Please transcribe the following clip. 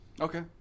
Okay